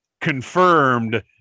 confirmed